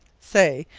say,